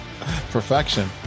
Perfection